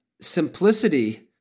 simplicity